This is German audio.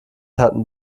hatten